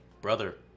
Brother